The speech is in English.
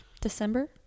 December